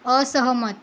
असहमत